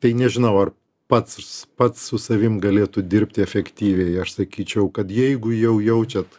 tai nežinau ar pats pats su savim galėtų dirbti efektyviai aš sakyčiau kad jeigu jau jaučiat